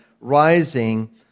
rising